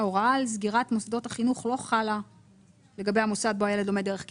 ההוראה על סגירת מוסדות החינוך לא חלה לגבי המוסד בו הילד לומד דרך קבע.